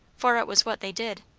for it was what they did.